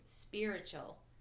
spiritual